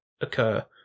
occur